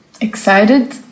excited